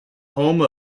home